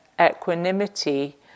equanimity